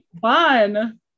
fun